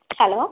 hello